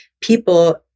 people